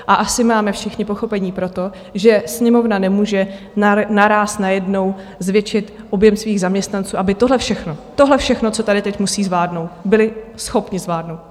A asi máme všichni pochopení pro to, že Sněmovna nemůže naráz najednou zvětšit objem svých zaměstnanců, aby tohle všechno, tohle všechno, co tady teď musí zvládnout, byli schopni zvládnout.